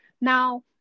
now